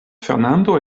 fernando